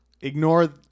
Ignore